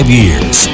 years